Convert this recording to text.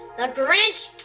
the grinch?